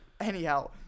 Anyhow